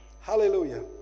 Hallelujah